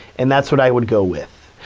and that's what i would go with.